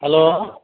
hello